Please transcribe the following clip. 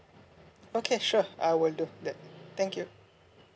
okay sure I will do that thank you